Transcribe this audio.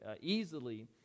easily